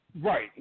Right